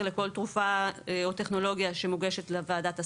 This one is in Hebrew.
לכל תרופה או טכנולוגיה שמוגשת לוועדת הסל.